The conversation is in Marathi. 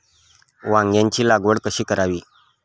वांग्यांची लागवड कशी करावी?